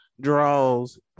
draws